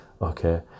Okay